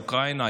אוקראינה,